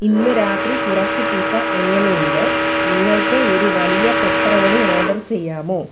ഇന്ന് രാത്രി കുറച്ച് പിസ്സ എങ്ങനെയുണ്ട് നിങ്ങൾക്ക് ഒരു വലിയ പെപ്പറോണി ഓർഡർ ചെയ്യാമോ